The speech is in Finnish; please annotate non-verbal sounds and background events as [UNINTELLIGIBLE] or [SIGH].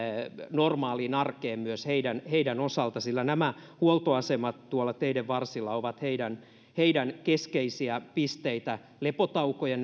normaaliin arkeen myös heidän heidän osaltaan sillä nämä huoltoasemat teidenvarsilla ovat heidän heidän keskeisiä pisteitään lepotaukojen [UNINTELLIGIBLE]